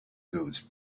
goods